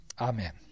Amen